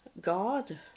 God